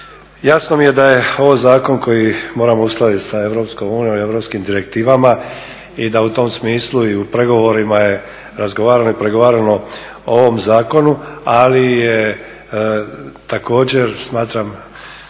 Jasno mi je da je ovo zakon koji moramo uskladiti sa EU ili europskim direktivama i da u tom smislu i u pregovorima je razgovarano i pregovarano o ovom zakonu ali je također smatram